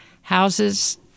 houses